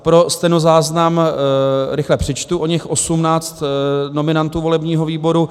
Pro stenozáznam rychle přečtu oněch 18 nominantů volebního výboru.